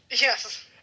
Yes